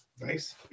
Nice